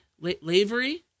Lavery